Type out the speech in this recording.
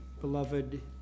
beloved